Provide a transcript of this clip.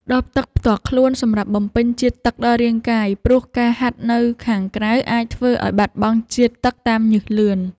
ដបទឹកផ្ទាល់ខ្លួនសម្រាប់បំពេញជាតិទឹកដល់រាងកាយ ព្រោះការហាត់នៅខាងក្រៅអាចធ្វើឱ្យបាត់បង់ជាតិទឹកតាមញើសលឿន។